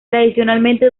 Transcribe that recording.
tradicionalmente